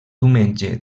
diumenge